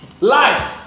lie